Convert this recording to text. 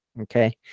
Okay